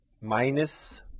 Minus